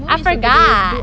I forgot